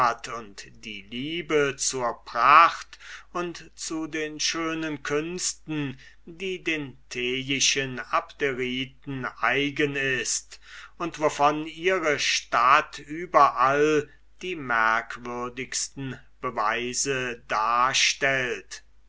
die liebe zur pracht und zu den schönen künsten die den tejischen abderiten eigen ist und wovon ihre stadt überall die merkwürdigsten beweise darstellt